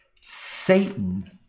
Satan